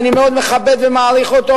ואני מאוד מכבד ומעריך אותו,